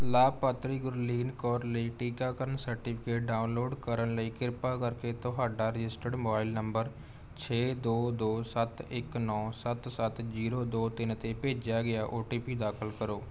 ਲਾਭਪਾਤਰੀ ਗੁਰਲੀਨ ਕੌਰ ਲਈ ਟੀਕਾਕਰਨ ਸਰਟੀਫਿਕੇਟ ਡਾਊਨਲੋਡ ਕਰਨ ਲਈ ਕਿਰਪਾ ਕਰਕੇ ਤੁਹਾਡਾ ਰਜਿਸਟਰਡ ਮੋਬਾਈਲ ਨੰਬਰ ਛੇ ਦੋ ਦੋ ਸੱਤ ਇੱਕ ਨੌ ਸੱਤ ਸੱਤ ਜੀਰੋ ਦੋ ਤਿੰਨ 'ਤੇ ਭੇਜਿਆ ਗਿਆ ਓ ਟੀ ਪੀ ਦਾਖਲ ਕਰੋ